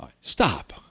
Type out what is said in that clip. Stop